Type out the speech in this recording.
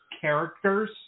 characters